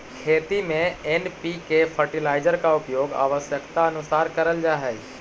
खेती में N P K fertilizer का उपयोग आवश्यकतानुसार करल जा हई